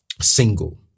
single